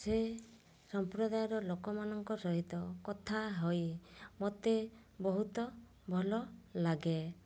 ସେ ସମ୍ପ୍ରଦାୟର ଲୋକମାନଙ୍କ ସହିତ କଥା ହୋଇ ମୋତେ ବହୁତ ଭଲ ଲାଗେ